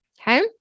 Okay